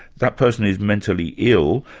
that person is mentally ill,